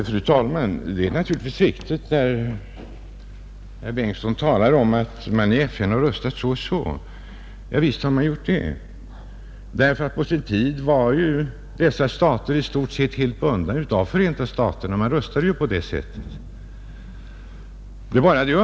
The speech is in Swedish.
Fru talman! Det som herr förste vice talmannen Bengtson säger om att man i FN har röstat på visst sätt är riktigt. Visst har man gjort det! På sin tid var dessa stater i stort sett helt bundna av Förenta staterna — man röstade på det sättet.